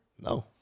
No